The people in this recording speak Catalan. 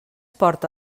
porta